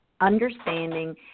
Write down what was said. understanding